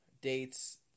dates